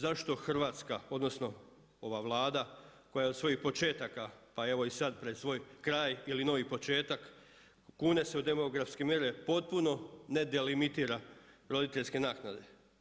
Zašto Hrvatska, odnosno ova Vlada, koja od svojih početaka, pa evo i sada pred svoj kraj ili novi početak, kune se u demografske mjere, potpuno ne delimitira roditeljske naknade.